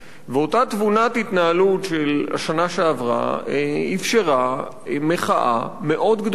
ואותה תבונת התנהלות של השנה שעברה אפשרה מחאה מאוד גדולה,